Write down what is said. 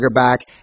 back